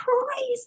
crazy